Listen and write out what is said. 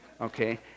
Okay